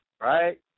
Right